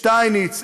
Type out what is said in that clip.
שטייניץ,